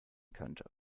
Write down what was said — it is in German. könnte